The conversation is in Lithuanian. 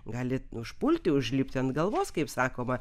gali užpulti užlipti ant galvos kaip sakoma